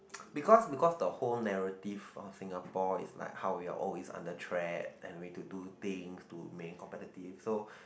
because because the whole narrative of Singapore is like how we are always under track and we to do things to remain competitive so